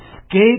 escape